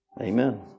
Amen